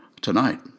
tonight